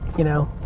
you know?